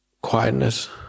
quietness